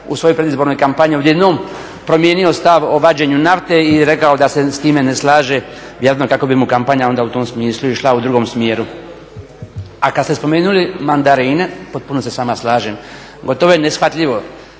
u svojoj predizbornoj kampanji odjednom promijenio stav o vađenju nafte i rekao da se s time ne slaže, vjerojatno kako bi mu kampanja onda u tom smislu išla u drugom smjeru. A kada ste spomenuli mandarine, potpuno se s vama slažem. Gotovo je neshvatljivo